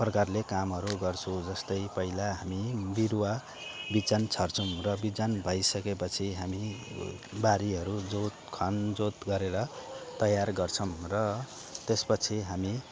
प्रकारले कामहरू गर्छु जस्तै पहिला हामी बिरूवा बिजन छर्छौँ र बिजन भइसकेपछि हामी बारीहरू जोत खन जोत गरेर तयार गर्छौँ र त्यसपछि हामी